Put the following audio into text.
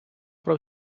про